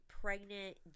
pregnant